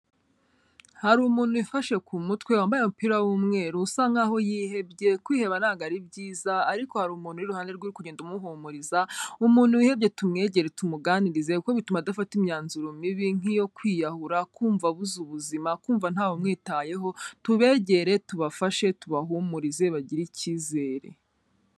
Hari umuntu wifashe ku mutwe, wambaye umupira w'umweru, usa nk'aho yihebye, kwiheba ntabwo ari byiza ariko hari umuntu uri iruhande rwe uri kugenda umuhumuriza, umuntu wihebye tumwegere tumuganirize, kuko bituma adafata imyanzuro mibi nk'iyo kwiyahura, kumva abuze ubuzima, kumva ntawe umwitayeho, tubegere, tubafashe, tubahumurize, bagire icyizere.